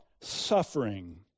suffering